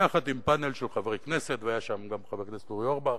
הופעתי יחד עם פאנל של חברי כנסת: חבר הכנסת אורי אורבך,